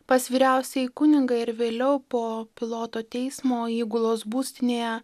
pas vyriausiąjį kunigą ir vėliau po piloto teismo įgulos būstinėje